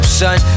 son